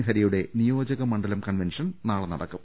ഹരിയുടെ നിയോജകമണ്ഡലം കൺവെൻഷൻ നാളെ നടക്കും